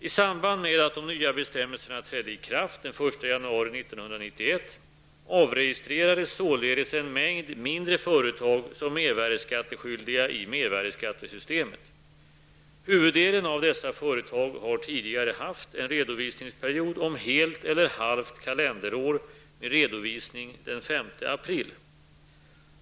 I samband med att de nya bestämmelserna trädde i kraft den 1 januari 1991, avregistrerades således en mängd mindre företag som mervärdeskatteskyldiga i mervärdeskattesystemet. Huvuddelen av dessa företag har tidigare haft en redovisningsperiod om helt eller halvt kalenderår med redovisning den 5 april.